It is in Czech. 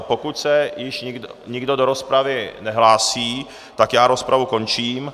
Pokud se již nikdo do rozpravy nehlásí, tak rozpravu končím.